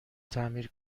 تعمیر